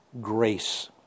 grace